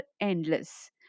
endless